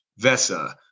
Vesa